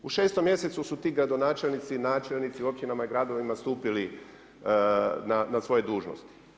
U šestom mjesecu su ti gradonačelnici, načelnici u općinama i gradovima stupili na svoje dužnosti.